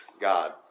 God